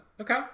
Okay